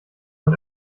man